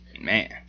man